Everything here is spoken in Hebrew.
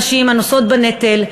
הנשים הנושאות בנטל,